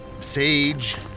sage